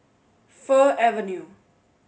Fir Avenue